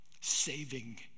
Saving